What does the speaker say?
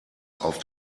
auf